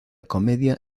comedia